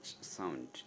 sound